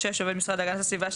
(6)עובד המשרד להגנת הסביבה,